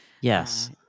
yes